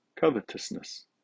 covetousness